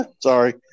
Sorry